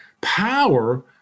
power